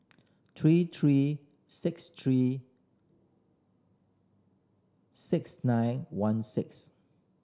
three three six three six nine one six